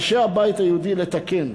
אנשי הבית היהודי, לתקן,